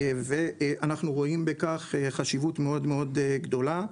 אנחנו רואים בכך חשיבות מאוד גדולה.